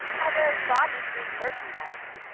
our very bodies being merchandise.